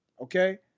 okay